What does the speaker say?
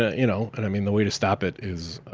ah you know, and i mean, the way to stop it is